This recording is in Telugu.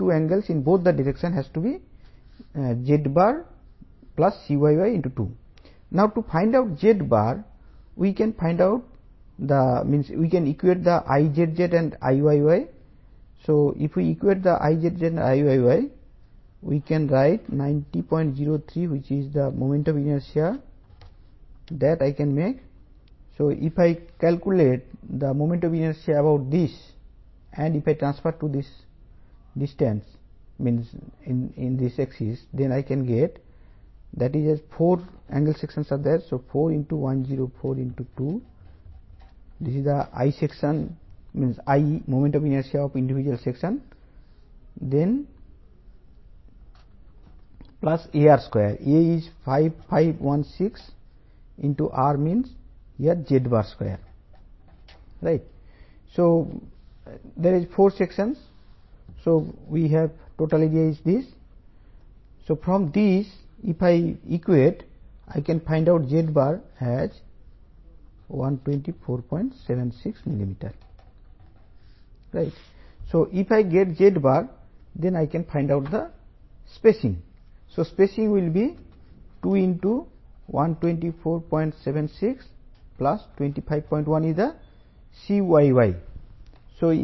2 ×104 mm4 ప్రొవైడ్ చేసిన ఏరియా 4 × 13795516 mm2 5516 mm2 కి అవసరమైన IS 800 2007 యొక్క టేబుల్ 9 C నుండి f y 250 MPa కోసం ఇప్పుడు అనుమతించిన లేస్డ్ కాలమ్ యొక్క ఎఫెక్టివ్ పొడవు 1